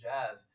Jazz